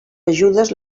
ajudes